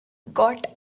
got